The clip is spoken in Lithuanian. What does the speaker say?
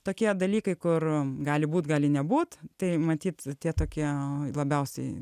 tokie dalykai kur gali būt gali nebūt tai matyt tie tokie labiausiai